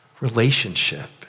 relationship